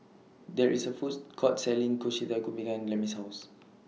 There IS A Foods Court Selling Kushikatsu behind Lemmie's House